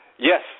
Yes